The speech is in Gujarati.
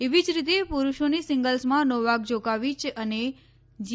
એવી જ રીતે પુરૂષોની સિંગલ્સમાં નોવાક જોકોવિય અને જી